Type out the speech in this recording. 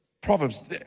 Proverbs